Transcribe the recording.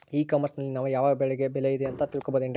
E commerce ನಲ್ಲಿ ನಾವು ಯಾವ ಬೆಳೆಗೆ ಬೆಲೆ ಇದೆ ಅಂತ ತಿಳ್ಕೋ ಬಹುದೇನ್ರಿ?